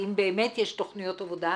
האם באמת יש תכניות עבודה,